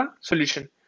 solution